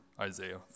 Isaiah